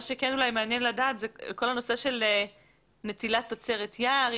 מה שכן מעניין לדעת זה כל הנושא של נטילת תוצרת יער,